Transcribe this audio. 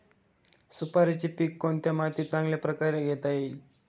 सुपारीचे पीक कोणत्या मातीत चांगल्या प्रकारे घेता येईल?